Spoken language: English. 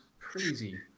crazy